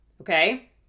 okay